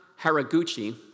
Haraguchi